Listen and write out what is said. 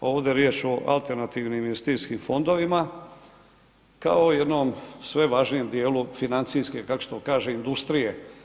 Ovdje je riječ o alternativnim investicijskim fondovima, kao jednom sve važnijem dijelu financijske, kako se to kaže industrije.